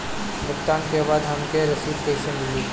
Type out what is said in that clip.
भुगतान के बाद हमके रसीद कईसे मिली?